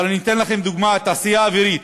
אבל אני אתן לכם דוגמה: התעשייה האווירית,